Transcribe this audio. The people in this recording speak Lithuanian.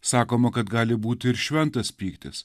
sakoma kad gali būti ir šventas pyktis